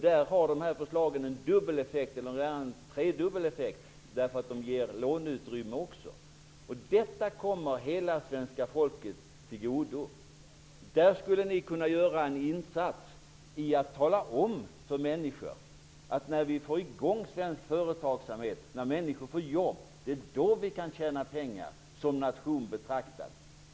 Där har de här förslagen en tredubbel effekt eftersom de också ger låneutrymme. Detta kommer hela svenska folket till godo. Där skulle ni kunna göra en insats genom att tala om för människor att det är när vi får i gång svensk företagsamhet, när människor får jobb, som vi kan tjäna pengar som nation betraktat.